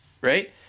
right